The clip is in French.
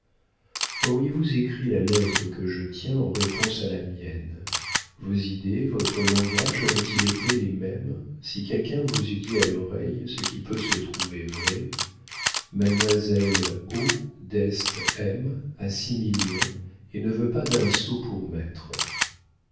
auriez-vous écrit la lettre que je tiens en réponse à la mienne vos idées votre langage auraient-ils été les mêmes si quelqu'un vous eût dit à l'oreille ce qui peut se trouver vrai mademoiselle o deste m a six millions et ne veut pas d'un sot pour maître